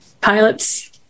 pilots